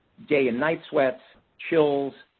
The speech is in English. day and night sweats, chills,